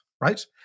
right